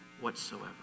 whatsoever